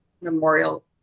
memorial